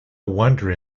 wonder